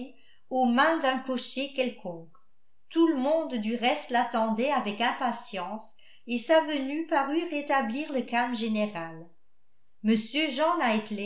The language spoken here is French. aux mains d'un cocher quelconque tout le monde du reste l'attendait avec impatience et sa venue parut rétablir le calme général m jean